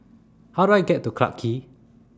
How Do I get to Clarke Quay